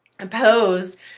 opposed